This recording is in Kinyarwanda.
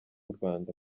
rwanda